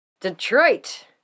Detroit